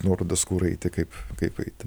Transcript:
nuorodas kur eiti kaip kaip eiti